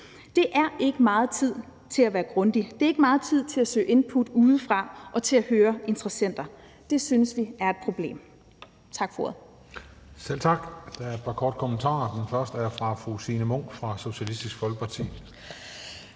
Det er ikke meget tid til at være grundig. Det er ikke meget tid til at søge input udefra og til at høre interessenter. Det synes vi er et problem. Tak for ordet. Kl. 17:54 Den fg. formand (Christian Juhl): Selv tak. Der er et par korte bemærkninger, og den første er fra fru Signe Munk, Socialistisk Folkeparti.